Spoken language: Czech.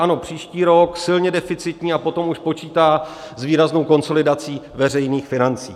Ano, příští rok silně deficitní, a potom už počítá s výraznou konsolidací veřejných financí.